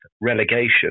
relegation